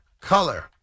color